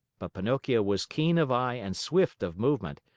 but pinocchio was keen of eye and swift of movement,